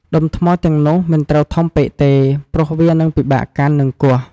ដុំថ្មទាំងនោះមិនត្រូវធំពេកទេ ព្រោះវានឹងពិបាកកាន់ និងគោះ។